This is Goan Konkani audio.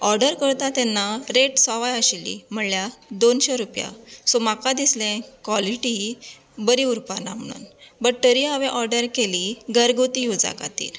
ऑर्डर करता तेन्ना रेट सवाय आशिल्ली म्हळ्या दोनशें रुपयां म्हाका दिसले क्वॉलिटी बरी उरपा ना म्हणून बट तरी हांवें ऑर्डर केली घरगुती युजा खातीर